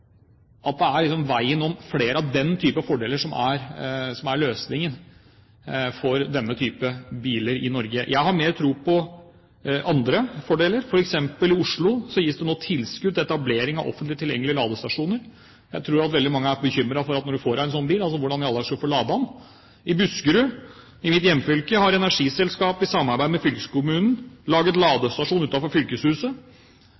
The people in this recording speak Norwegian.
flere av den type fordeler er løsningen for denne typen biler i Norge, at det er veien å gå. Jeg har mer tro på andre fordeler, f.eks. gis det nå i Oslo tilskudd til etablering av offentlig tilgjengelige ladestasjoner. Jeg tror at veldig mange er bekymret for hvordan man i all verden skal få ladet en sånn bil. I Buskerud, mitt hjemfylke, har energiselskap i samarbeid med fylkeskommunen laget